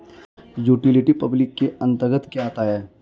Utility public के अंतर्गत क्या आता है?